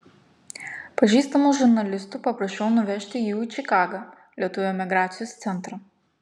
pažįstamų žurnalistų paprašiau nuvežti jų į čikagą lietuvių emigracijos centrą